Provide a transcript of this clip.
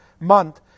month